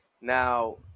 Now